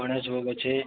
ଗଣେଶ୍ ଭୋଗ୍ ଅଛେ